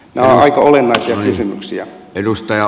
nämä ovat aika olennaisia kysymyksiä